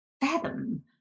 fathom